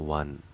one